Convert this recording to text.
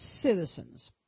citizens